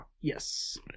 Yes